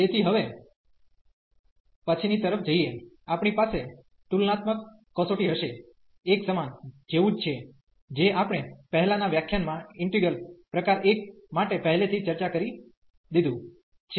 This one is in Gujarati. તેથી હવે પછીની તરફ જઈએ આપણી પાસે તુલનાત્મકકસોટી હશે એક સમાન જેવું જ છે જે આપણે પહેલાના વ્યાખ્યાનમાં ઈન્ટિગ્રલ પ્રકાર 1 માટે પહેલાથી ચર્ચા કરી દીધું છે